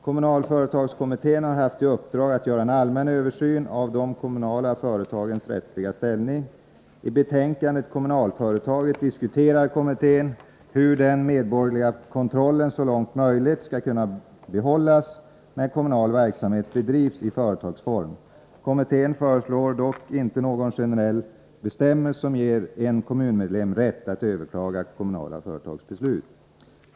Kommunalföretagskommittén har haft i uppdrag att göra en allmän översyn av de kommunala företagens rättsliga ställning. I betänkandet Kommunalföretaget diskuterar kommittén hur den medborgerliga kontrollen så långt möjligt skall kunna behållas när kommunal verksamhet bedrivs i företagsform. Kommittén föreslår dock inte någon generell bestämmelse som ger en kommunmedlem rätt att överklaga kommunala företags beslut.